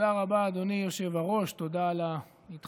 תודה רבה, אדוני היושב-ראש, תודה על ההתחשבות.